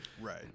Right